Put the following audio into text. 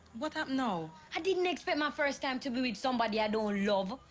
what happened now? i didn't expect my first time to be with somebody i don't love.